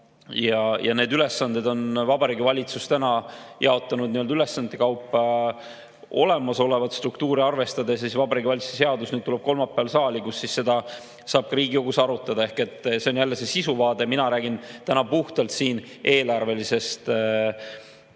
Need ülesanded on Vabariigi Valitsus jaotanud ülesannete kaupa olemasolevat struktuuri arvestades. Vabariigi Valitsuse seadus tuleb kolmapäeval saali, kui siis seda saab ka Riigikogus arutada. Aga see on jälle see sisuvaade, mina räägin täna puhtalt siin eelarvelisest vaatest.